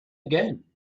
again